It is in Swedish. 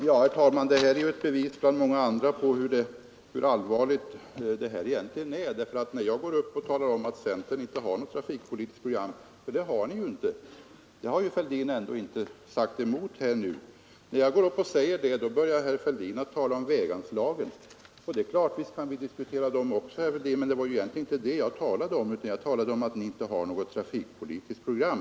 Herr talman! Det är ju ett bevis bland många andra på hur allvarligt detta egentligen är, att när jag går upp och talar om att centern inte har något trafikpolitiskt program — för det har ni ju inte, och där har herr Fälldin ändå inte sagt emot mig börjar herr Fälldin tala om väganslagen. Det är klart att vi kan diskutera dem också, herr Fälldin, men det var ju inte väganslagen jag talade om, utan jag talade om att ni inte har något trafikpolitiskt program.